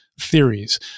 theories